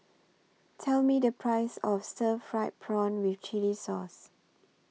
Tell Me The Price of Stir Fried Prawn with Chili Sauce